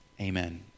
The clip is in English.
Amen